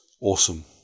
awesome